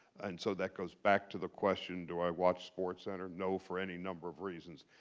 and so that goes back to the question, do i watch sportscenter? no. for any number of reasons.